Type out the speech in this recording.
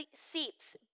seeps